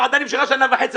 הוועדה נמשכה שנה וחצי,